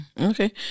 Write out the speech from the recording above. Okay